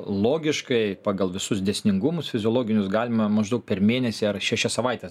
logiškai pagal visus dėsningumus fiziologinius galima maždaug per mėnesį ar šešias savaites